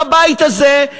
בבית הזה,